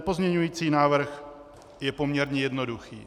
Pozměňovací návrh je poměrně jednoduchý.